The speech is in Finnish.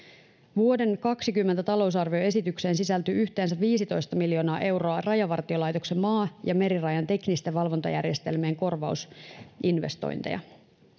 vuoden kaksikymmentä talousarvioesitykseen sisältyy yhteensä viisitoista miljoonaa euroa rajavartiolaitoksen maa ja merirajan teknisten valvontajärjestelmien korvausinvestointeja